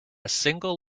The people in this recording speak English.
single